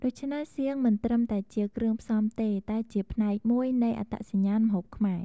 ដូច្នេះ សៀងមិនត្រឹមតែជាគ្រឿងផ្សំទេ តែជាផ្នែកមួយនៃអត្តសញ្ញាណម្ហូបខ្មែរ។